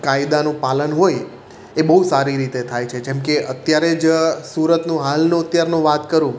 કાયદાનું પાલન હોય એ બહુ સારી રીતે થાય છે જેમકે અત્યારે જ સુરતનું હાલનું અત્યારનું વાત કરું